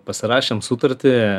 pasirašėm sutartį